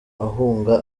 ahunga